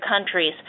countries